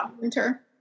winter